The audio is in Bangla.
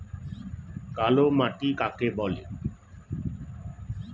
কালো মাটি কাকে বলে?